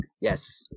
Yes